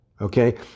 okay